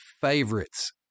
favorites